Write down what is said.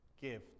give